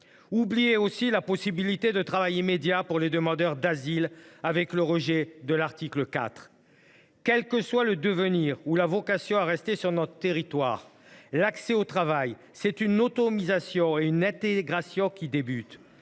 Oubliée, aussi, la possibilité de travail immédiat pour les demandeurs d’asile avec le rejet de l’article 4 ; pourtant, quel que soit le devenir ou la vocation à rester sur notre territoire, l’accès au travail, c’est le début de l’autonomisation et de l’intégration. Mes